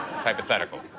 Hypothetical